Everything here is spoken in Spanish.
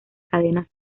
cadena